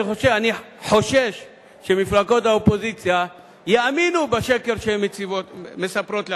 אני חושש שמפלגות האופוזיציה יאמינו בשקר שהן מספרות לעצמן.